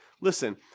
Listen